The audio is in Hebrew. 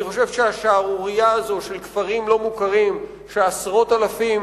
אני חושב שהשערורייה הזו של כפרים לא מוכרים שעשרות אלפים